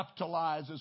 capitalizes